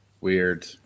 Weird